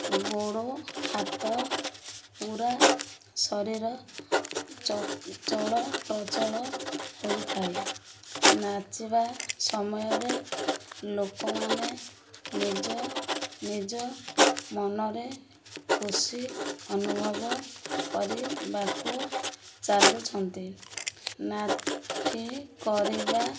ଗୋଡ଼ ହାତ ପୁରା ଶରୀର ଚ ଚଳପ୍ରଚଳ ହୋଇଥାଏ ନାଚିବା ସମୟରେ ଲୋକମାନେ ନିଜ ନିଜ ମନରେ ଖୁସି ଅନୁଭବ କରିବାକୁ ଚାଲୁଛନ୍ତି ନାଟି କରିବା